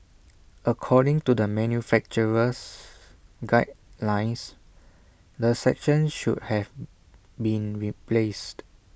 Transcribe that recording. according to the manufacturer's guidelines the section should have been replaced